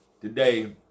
today